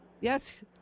Yes